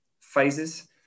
phases